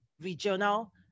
regional